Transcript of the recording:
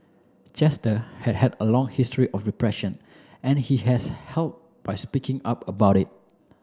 Chester had had a long history of depression and he has help by speaking up about it